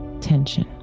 tension